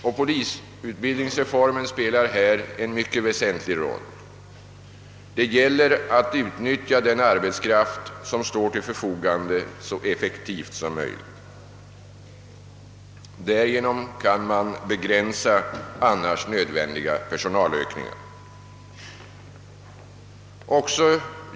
Och polisutbildningsreformen spelar härvidlag en väsentlig roll; det gäller att utnyttja den arbetskraft, som står till förfogande, så effektivt som möjligt. Därigenom kan eljest nödvändiga personalökningar undvikas.